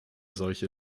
solche